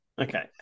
Okay